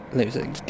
losing